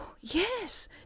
yes